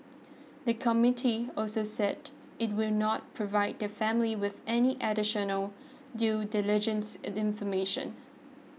the committee also said it would not provide the family with any additional due diligence information